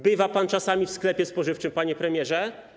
Bywa pan czasami w sklepie spożywczym, panie premierze?